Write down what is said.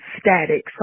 static